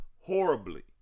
horribly